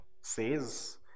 says